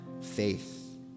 faith